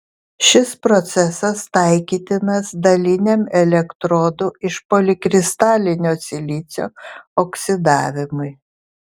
šis procesas taikytinas daliniam elektrodų iš polikristalinio silicio oksidavimui